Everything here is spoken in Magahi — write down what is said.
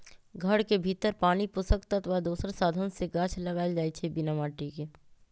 घर के भीतर पानी पोषक तत्व आ दोसर साधन से गाछ लगाएल जाइ छइ बिना माटिके